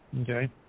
Okay